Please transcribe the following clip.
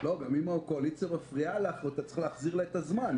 גם אם הקואליציה מפריעה לך אתה צריך להחזיר לה את הזמן.